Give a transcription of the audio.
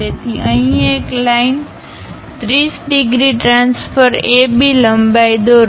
તેથી અહીં એક લાઈન 30 ડિગ્રી ટ્રાન્સફર AB લંબાઈ દોરો